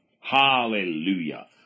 Hallelujah